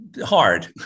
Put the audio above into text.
hard